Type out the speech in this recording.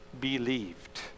believed